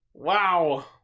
Wow